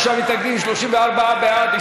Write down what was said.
46 מתנגדים, 34 בעד.